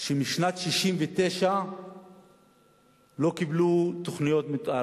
שמשנת 1969 לא קיבלו תוכניות מיתאר,